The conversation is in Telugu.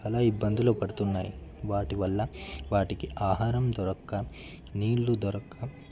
చాలా ఇబ్బందులు పడుతున్నాయి వాటి వల్ల వాటికి ఆహారం దొరక్క నీళ్లు దొరక్క